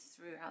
throughout